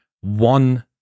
one